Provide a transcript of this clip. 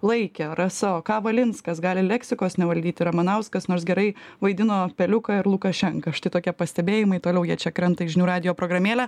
laikė rasa o ką valinskas gali leksikos nevaldyti ramanauskas nors gerai vaidino peliuką ir lukašenką štai tokie pastebėjimai toliau jie čia krenta į žinių radijo programėlę